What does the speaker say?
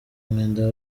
mwenda